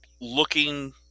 looking